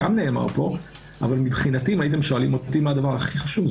אם הייתם שואלים אותי מה הדבר הכי חשוב,